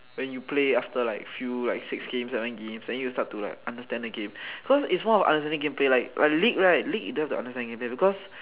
when you play after like few like six games seven games then you start to like understand the game cause its more of understanding game play like league right league you don't have to understand game play cause